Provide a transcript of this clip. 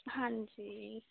ਹਾਂਜੀ